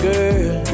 Girl